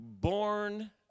born